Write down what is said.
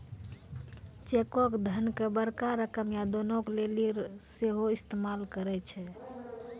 चेको के धन के बड़का रकम या दानो के लेली सेहो इस्तेमाल करै छै